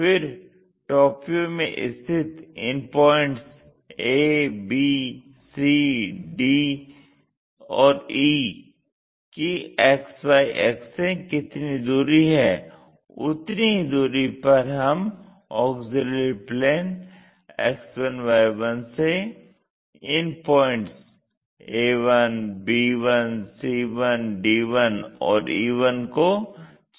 फिर top view में स्थित इन points a b c d और e की XY अक्ष से कितनी दूरी है उतनी है दूरी पर हम ऑक्सिलियरी प्लेन X1Y1 से इन points a1 b1 c1 d1 और e1 को चिन्हित करते हैं